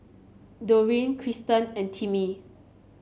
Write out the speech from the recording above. Doreen Krysten and Timmie